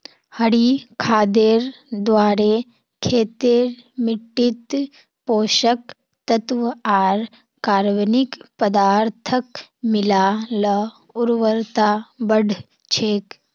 हरी खादेर द्वारे खेतेर मिट्टित पोषक तत्त्व आर कार्बनिक पदार्थक मिला ल उर्वरता बढ़ छेक